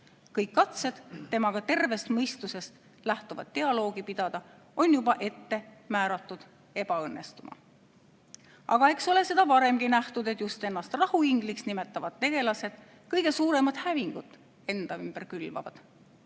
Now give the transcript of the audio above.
Kõik katsed temaga tervest mõistusest lähtuvat dialoogi pidada on juba ette määratud ebaõnnestuma. Aga eks ole seda varemgi nähtud, et just ennast rahuingliks nimetavad tegelased külvavad enda ümber kõige